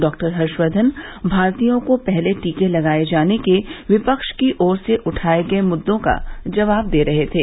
doctor Harshvardhan भारतीयों को पहले टीके लगाये जाने के विपक्ष की ओर से उठाये गये मुद्दों का जवाब दे रहे थे